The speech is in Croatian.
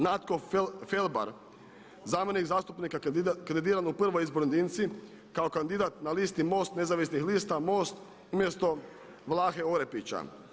Natko Felbar zamjenik zastupnika kandidiran u prvoj izbornoj jedinici kao kandidat na listi MOST nezavisnih lista, MOST umjesto Vlahe Orepića.